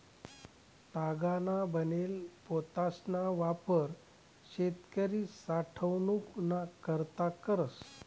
तागना बनेल पोतासना वापर शेतकरी साठवनूक ना करता करस